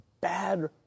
bad